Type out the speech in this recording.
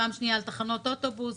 פעם שנייה על תחנות אוטובוס,